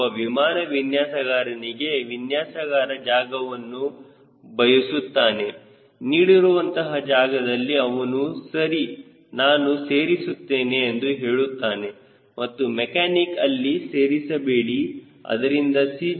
ಒಬ್ಬ ವಿಮಾನ ವಿನ್ಯಾಸಗಾರನಿಗೆ ವಿನ್ಯಾಸಗಾರ ಜಾಗವನ್ನು ಬಯಸುತ್ತಾನೆ ನೀಡಿರುವಂತಹ ಜಾಗದಲ್ಲಿ ಅವನು ಸರಿ ನಾನು ಸೇರಿಸುತ್ತೇನೆ ಎಂದು ಹೇಳುತ್ತಾನೆ ಮತ್ತು ಮೆಕ್ಯಾನಿಕ್ ಅಲ್ಲಿ ಸೇರಿಸಬೇಡಿ ಅದರಿಂದ C